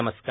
नमस्कार